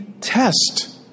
Test